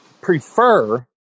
prefer